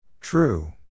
True